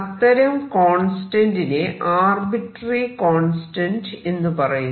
അത്തരം കോൺസ്റ്റന്റിനെ arbitrary constant എന്ന് പറയുന്നു